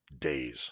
days